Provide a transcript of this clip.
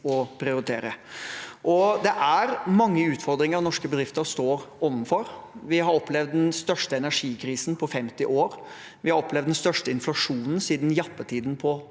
Det er mange utfordringer norske bedrifter står overfor. Vi har opplevd den største energikrisen på 50 år. Vi har opplevd den største inflasjonen siden jappetiden på